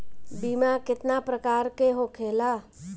बीमा केतना प्रकार के होखे ला?